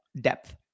depth